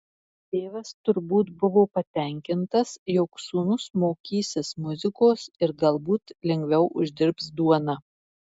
tėvas turbūt buvo patenkintas jog sūnus mokysis muzikos ir galbūt lengviau uždirbs duoną